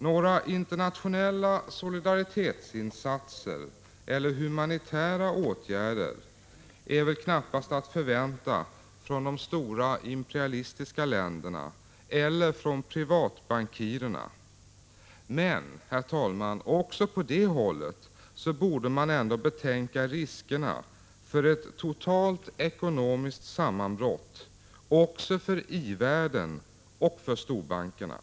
Några internationella solidaritetsinsatser eller humanitära åtgärder är väl knappast att förvänta Prot. 1985/86:127 från de stora imperialistiska länderna eller från privatbankirerna. Men, herr — 24 april 1986 talman, också på det hållet borde man betänka riskerna för ett totalt ekonomiskt sammanbrott också för i-världen och storbankerna.